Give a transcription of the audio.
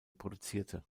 produzierte